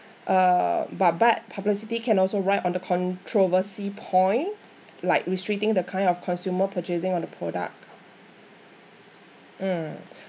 uh but bad publicity can also ride on the controversy point like restricting the kind of consumer purchasing on the product um